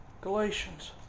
Galatians